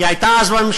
כי היא הייתה אז בממשלה,